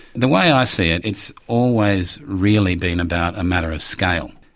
the way i see it, it's always really been about a matter of scale.